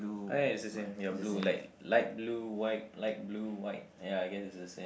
ah yes it's the same ya blue light light blue white light blue white ya I guess it's the same